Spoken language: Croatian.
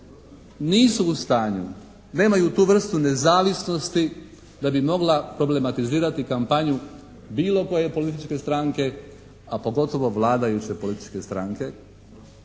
nisu u stanju, nemaju tu vrstu nezavisnosti da bi mogla problematizirati kampanju bilo koje političke stranke, a pogotovo vladajuće političke stranke